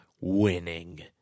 winning